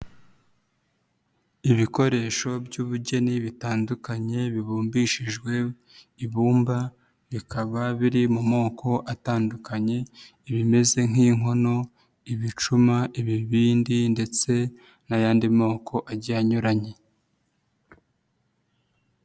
Ibikoresho by'ubugeni bitandukanye bibumbishijwe ibumba, bikaba biri mu moko atandukanye ibimeze nk'inkono, ibicuma, ibibindi ndetse n'ayandi moko agiye anyuranye.